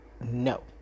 no